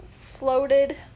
floated